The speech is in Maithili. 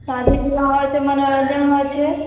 शादी ब्याह होइत छै मनोरञ्जन होइत छै